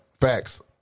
Facts